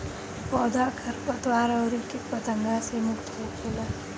पौधा खरपतवार अउरी किट पतंगा से मुक्त होखेला